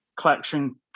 collection